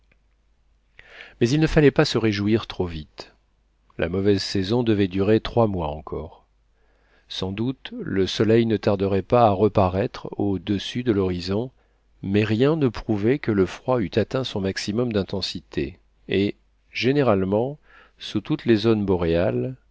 mais il ne fallait pas se réjouir trop vite la mauvaise saison devait durer trois mois encore sans doute le soleil ne tarderait pas à reparaître au-dessus de l'horizon mais rien ne prouvait que le froid eût atteint son maximum d'intensité et généralement sous toutes les zones boréales